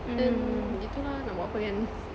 mm begitu lah nak buat apa kan